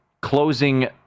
closing